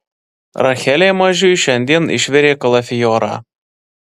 rachelė mažiui šiandien išvirė kalafiorą